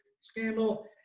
scandal